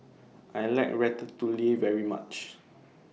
I like Ratatouille very much